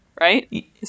right